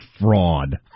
fraud